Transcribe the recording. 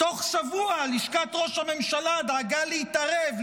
תוך שבוע לשכת ראש הממשלה דאגה להתערב,